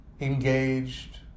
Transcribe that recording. engaged